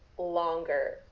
longer